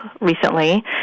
recently